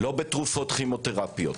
לא בתרופות כימותרפיות.